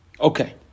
Okay